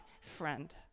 friend